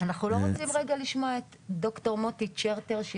אנחנו לא רוצים רגע לשמוע את דוקטור מוטי צ'רטר?